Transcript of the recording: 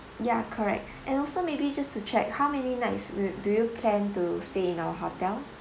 ya correct and also maybe just to check how many nights will do you plan to stay in our hotel